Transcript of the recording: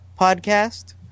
podcast